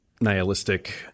nihilistic